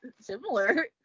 similar